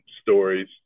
stories